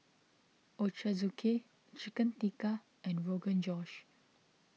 Ochazuke Chicken Tikka and Rogan Josh